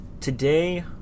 today